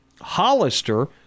Hollister